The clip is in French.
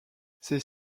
ces